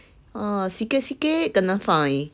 ah sikit sikit kena fine